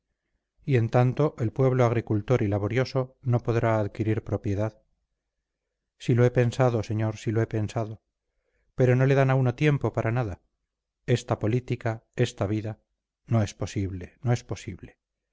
y en tanto el pueblo agricultor y laborioso no podrá adquirir propiedad si lo he pensado señor si lo he pensado pero no le dan a uno tiempo para nada esta política esta vida no es posible no es posible